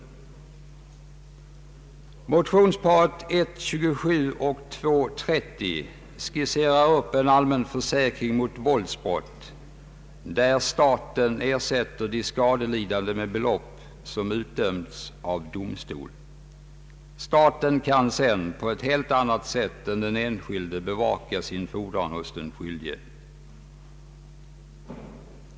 I motionsparet 1:27 och II: 30 skisseras upp en allmän försäkring mot våldsbrott som innebär att staten ersätter de skadelidande med belopp som utdömts av domstol. Staten kan sedan på ett helt annat sätt än den enskilde bevaka sin fordran hos den skyldige.